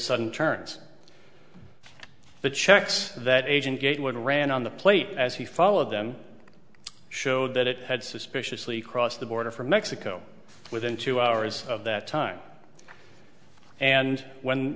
sudden turns the checks that agent gatewood ran on the plate as he followed them showed that it had suspiciously crossed the border from mexico within two hours of that time and when